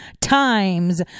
times